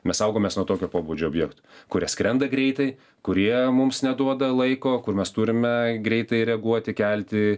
mes saugomės nuo tokio pobūdžio objekt kurie skrenda greitai kurie mums neduoda laiko kur mes turime greitai reaguoti kelti